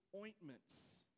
ointments